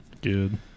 Good